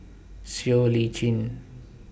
Siow Lee Chin